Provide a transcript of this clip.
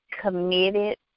committed